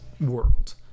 world